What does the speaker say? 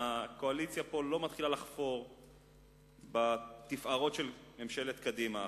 הקואליציה פה לא מתחילה לחפור בתפארות של ממשלת קדימה האחרונה.